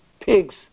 pigs